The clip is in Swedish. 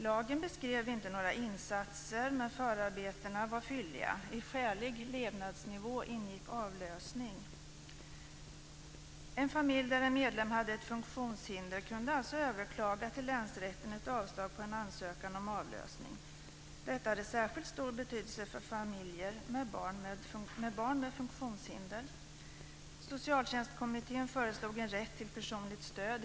Lagen beskrev inte några insatser, men förarbetena var fylliga. I skälig levnadsnivå ingick avlösning. En familj där en medlem hade ett funktionshinder kunde alltså överklaga ett avslag på en ansökan om avlösning till länsrätten.